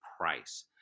price